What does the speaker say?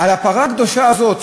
לפרה הקדושה הזאת,